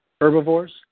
herbivores